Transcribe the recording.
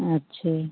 अच्छे